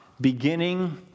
Beginning